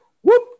whoop